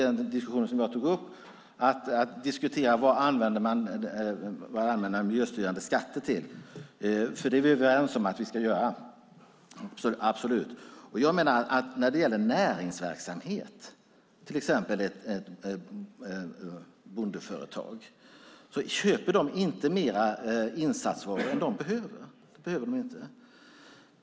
Den diskussion som jag tog upp om vad man använder miljöstyrande skatter till är viktig. Vi är absolut överens om att vi ska använda sådana. Jag menar att när det gäller näringsverksamhet, till exempel ett bondeföretag, köper man inte mer insatsvaror än vad man behöver.